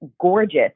gorgeous